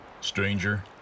Stranger